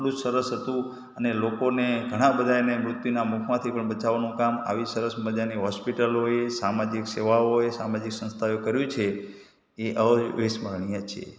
એટલું જ સરસ હતું અને લોકોને ઘણાં બધાને મૃત્યુનાં મુખમાંથી પણ બચાવવાનું કામ આવી સરસ મજાની હૉસ્પિટલોએ સામાજીક સેવાઓએ સામાજિક સંસ્થાઓએ કર્યું છે એ અવિસ્મરણીય છે